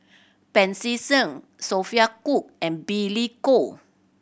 Pancy Seng Sophia Cooke and Billy Koh